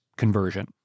Conversion